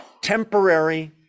temporary